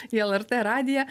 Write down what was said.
į lrt radiją